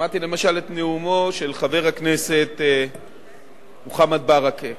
שמעתי למשל את נאומו של חבר הכנסת מוחמד ברכה.